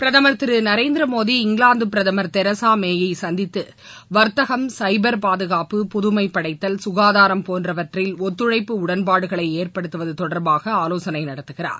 பிரதமர் திரு நரேந்திரமோடி இங்கிலாந்து பிரதமர் தெரசா மேயை சந்தித்து வர்த்தகம் சைபர் பாதுகாப்பு புதுமைப்படைத்தல் சுகாதாரம் போன்றவற்றில் ஒத்துழைப்பு உடன்பாடுகளை ஏற்படுத்துவது தொடர்பாக ஆலோசனை நடத்துகிறார்